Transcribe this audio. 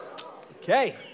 Okay